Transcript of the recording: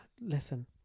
Listen